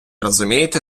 розумієте